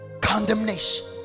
condemnation